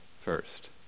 first